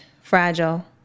fragile